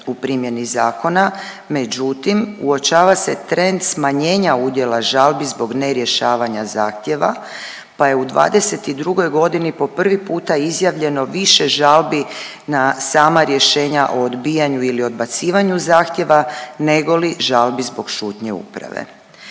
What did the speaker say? u primjeni zakona, međutim uočava se trend smanjenja udjela žalbi zbog nerješavanja zahtjeva pa je u '22. godini po prvi puta izjavljeno više žalbi na sama rješenja o odbijanju li odbacivanju zahtjeva nego li žalbi zbog šutnje uprave.